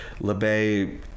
LeBay